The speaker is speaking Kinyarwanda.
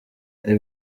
ibi